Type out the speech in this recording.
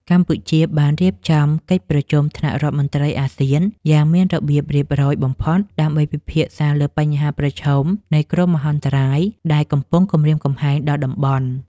កម្ពុជាបានរៀបចំកិច្ចប្រជុំថ្នាក់រដ្ឋមន្ត្រីអាស៊ាន យ៉ាងមានរបៀបរៀបរយបំផុត ដើម្បីពិភាក្សាលើបញ្ហាប្រឈមនៃគ្រោះមហន្តរាយដែលកំពុងគំរាមកំហែងដល់តំបន់។